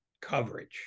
coverage